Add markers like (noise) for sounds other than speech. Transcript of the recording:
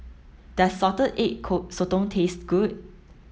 does salted egg (unintelligible) sotong taste good